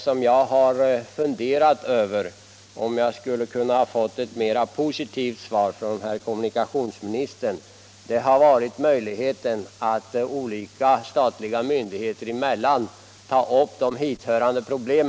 Vad jag har funderat över — då under förutsättning att kommunikationsministerns svar hade blivit mer positivt — har varit möjligheten att olika statliga myndigheter emellan ta upp hithörande problem.